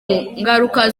ngaruka